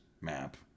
map